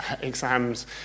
exams